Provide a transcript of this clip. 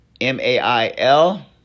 M-A-I-L